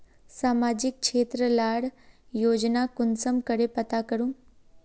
सामाजिक क्षेत्र लार योजना कुंसम करे पता करूम?